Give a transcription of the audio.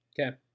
Okay